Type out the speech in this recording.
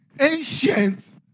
ancient